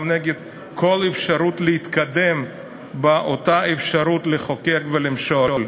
גם נגד כל אפשרות להתקדם באותה אפשרות לחוקק ולמשול.